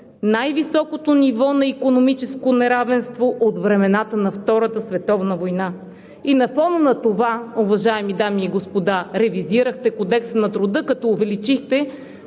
най-високото ниво на икономическо неравенство от времето на Втората световна война. На фона на това, уважаеми дами и господа, ревизирахте Кодекса на труда, като увеличихте